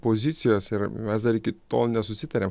pozicijos ir mes dar iki tol nesusitariam